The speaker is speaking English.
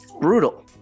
brutal